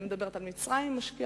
אני מדברת על מצרים, שמשקיעה